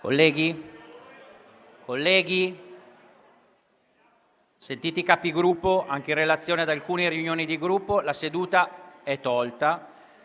Colleghi, sentiti i Capigruppo, anche in relazione ad alcune riunioni di Gruppo, concludiamo ora